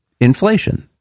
Inflation